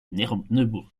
neubourg